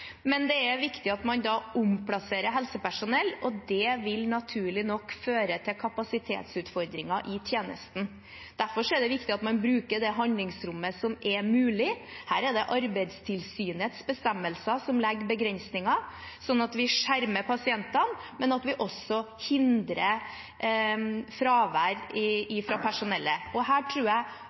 vil naturlig nok føre til kapasitetsutfordringer i tjenesten. Derfor er det viktig at man bruker det handlingsrommet som er mulig – her er det Arbeidstilsynets bestemmelser som legger begrensninger – sånn at vi skjermer pasientene, men at vi også hindrer fravær blant personellet. Her tror jeg